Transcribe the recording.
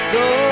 go